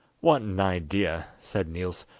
what an idea said niels,